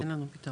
אין לנו פתרון.